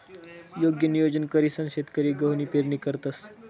योग्य नियोजन करीसन शेतकरी गहूनी पेरणी करतंस